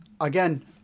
again